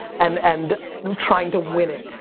and and trying to win it,